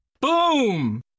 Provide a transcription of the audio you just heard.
Boom